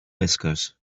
whiskers